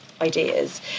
ideas